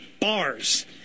bars